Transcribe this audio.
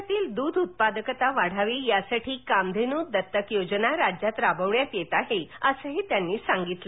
राज्यातील दुध उत्पादकता वाढावी यासाठी कामधेनू दत्तक योजना राज्यात राबविण्यात येत आहे अशी त्यांनी माहिती दिली